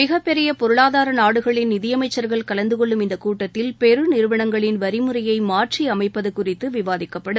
மிகப்பெரிய பொருளாதார நாடுகளின் நிதியமைச்சர்கள் கலந்து கொள்ளும் இந்த கூட்டத்தில் பெரு நிறுவனங்களின் வரிமுறையை மாற்றி அமைப்பது குறித்து விவாதிக்கப்படும்